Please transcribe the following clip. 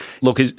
Look